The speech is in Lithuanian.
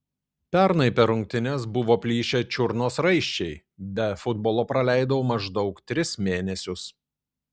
pernai per rungtynes buvo plyšę čiurnos raiščiai be futbolo praleidau maždaug tris mėnesius